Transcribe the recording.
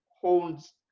holds